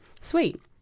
Sweet